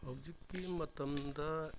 ꯍꯧꯖꯤꯛꯀꯤ ꯃꯇꯝꯗ